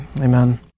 Amen